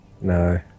No